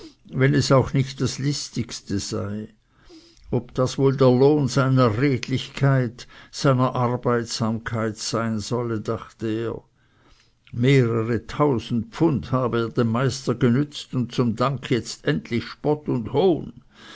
wenn es auch nicht das listigste sei ob das wohl der lohn seiner redlichkeit seiner aufmerksamkeit sein solle dachte er mehrere tausend pfund habe er dem meister genützt und zum dank jetzt endlich spott und hohn